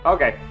Okay